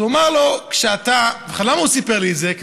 אז למה הוא סיפר לי את זה?